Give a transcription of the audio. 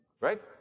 Right